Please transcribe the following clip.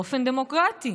ובאופן דמוקרטי,